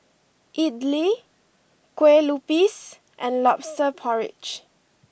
Idly Kueh Lupis and Lobster Porridge